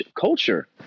culture